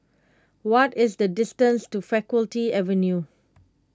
what is the distance to Faculty Avenue